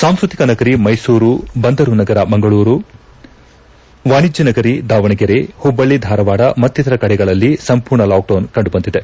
ಸಾಂಸ್ಟ್ಯತಿಕ ನಗರಿ ಮೈಸೂರು ಬಂದರು ನಗರ ಮಂಗಳೂರು ವಾಣಿಜ್ಯ ನಗರಿ ದಾವಣಗೆರೆ ಹುಬ್ಬಳ್ಳಿ ಧಾರವಾಡ ಮತ್ತಿತರ ಕಡೆಗಳಲ್ಲಿ ಸಂಪೂರ್ಣ ಲಾಕ್ಡೌನ್ ಕೆಂಡುಬಂದಿದೆ